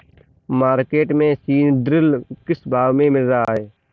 Market में सीद्रिल किस भाव में मिल रहा है?